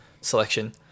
selection